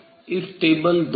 इस टेबल 2 से